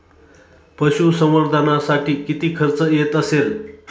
पशुसंवर्धनासाठी किती खर्च येत असेल?